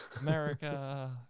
America